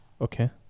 Okay